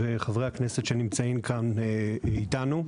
וחברי הכנסת שנמצאים כאן אתנו.